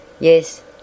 Yes